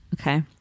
Okay